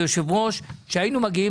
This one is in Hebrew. הצבעה בעד ההסתייגות אין נגד